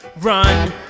Run